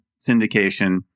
syndication